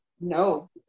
No